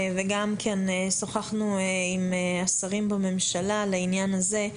ושם שוחחנו עם השרים בממשלה על העניין הזה.